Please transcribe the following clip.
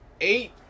eight